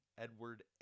Edward